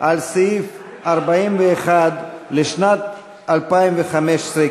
על סעיף 41 לשנת 2015,